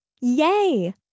Yay